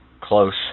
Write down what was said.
close